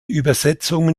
übersetzungen